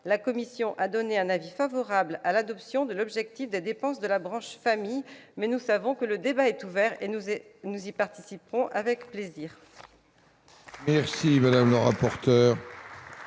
la commission a donné un avis favorable à l'adoption de l'objectif des dépenses de la branche famille. Mais le débat est ouvert, et nous y participerons avec plaisir